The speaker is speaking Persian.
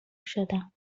شدم